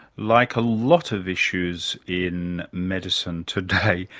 like a lot of issues in medicine today,